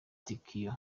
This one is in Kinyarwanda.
tokyo